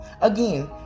again